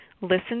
listen